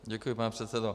Děkuji, pane předsedo.